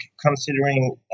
considering